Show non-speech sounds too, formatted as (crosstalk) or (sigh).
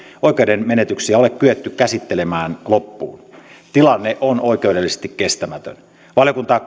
oikeudenmenetyksiä ole kyetty käsittelemään loppuun tilanne on oikeudellisesti kestämätön valiokunta (unintelligible)